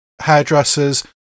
hairdresser's